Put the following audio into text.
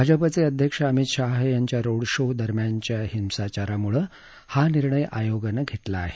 भाजपा अध्यक्ष अमित शहा यांच्या road show दरम्यानच्या हिंसाचाराम्ळे हा निर्णय आयोगानं घेतला आहे